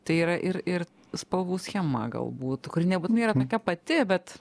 tai yra ir ir spalvų schema galbūt kuri nebūtinai yra tokia pati bet